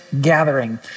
gathering